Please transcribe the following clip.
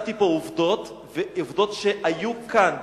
נתתי פה עובדות שהיו כאן,